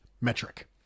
metric